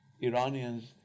Iranians